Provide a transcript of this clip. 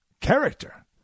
character